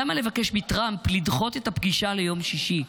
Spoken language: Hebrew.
למה לבקש מטראמפ לדחות את הפגישה ליום שישי?